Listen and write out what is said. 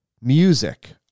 music